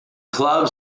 club